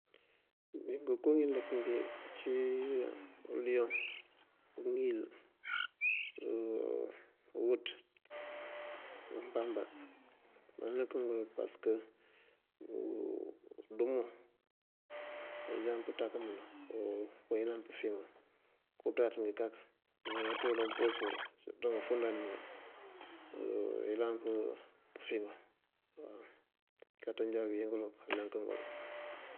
Ngënko ngí lënk ngí ací: uliyoŋ, uŋil, uwúţ, umbambaŋ. Malënk ngël pasëk undumu ayëlan pënţankëbinú, ayëlan pëfíŋu. Ngënko pënţaţ ngí kak mëwínaţ wël amëmpos wël surëtú ngëfundand ngí ayëlan pëfíŋu. Káaţ anjá wín ngël kalënk.